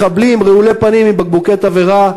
מחבלים רעולי פנים עם בקבוקי תבערה,